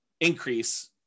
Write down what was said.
increase